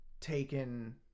taken